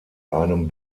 einem